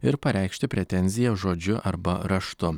ir pareikšti pretenziją žodžiu arba raštu